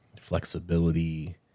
flexibility